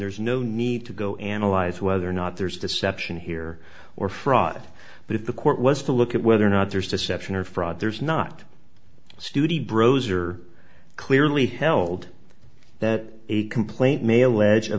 there's no need to go analyze whether or not there's deception here or fraud but if the court was to look at whether or not there's deception or fraud there's not stuti brose are clearly held that a complaint mail edge a